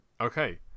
Okay